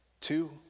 two